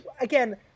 Again